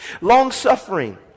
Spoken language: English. Long-suffering